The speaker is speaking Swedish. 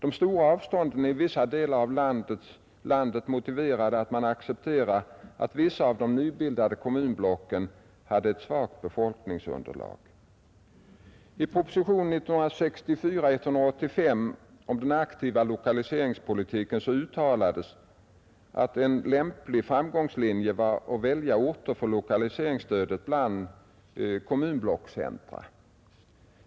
De stora avstånden i vissa delar av landet motiverade att man accepterade att vissa av de nybildade kommunblocken hade ett svagt befolkningsunderlag. I propositionen 185 år 1964 om den aktiva lokaliseringspolitiken uttalades att en lämplig framgångslinje var att välja orter för lokaliseringsstödet bland kommunblockscentra.